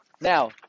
Now